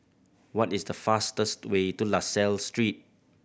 what is the fastest way to La Salle Street